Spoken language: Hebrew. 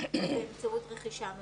באמצעות רכישה מרצון.